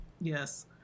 Yes